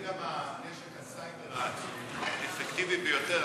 זה גם נשק הסייבר העתידי האפקטיבי ביותר,